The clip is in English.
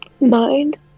Mind